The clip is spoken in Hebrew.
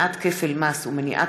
איילת נחמיאס ורבין,